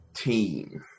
team